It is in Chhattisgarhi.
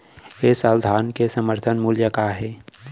ए साल धान के समर्थन मूल्य का हे?